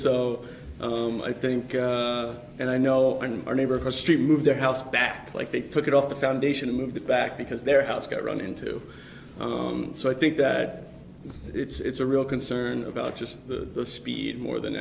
so i think and i know in our neighborhood street move their house back like they took it off the foundation and moved it back because their house got run into so i think that it's a real concern about just the speed more than